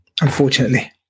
unfortunately